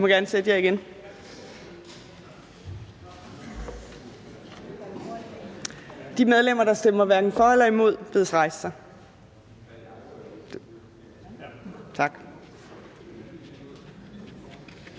bedes rejse sig. Tak. De medlemmer, der stemmer hverken for eller imod, bedes rejse sig. Tak.